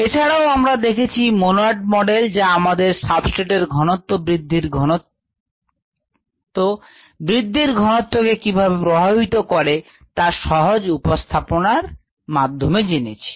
এছাড়াও আমরা দেখেছি Monod model যা আমাদের সাবস্ট্রেট এর ঘনত্ব বৃদ্ধির ঘনত্বকে কিভাবে প্রভাবিত করে তা একটি সহজ উপস্থাপনার মাধ্যমে জেনেছি